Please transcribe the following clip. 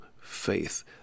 faith